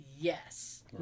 yes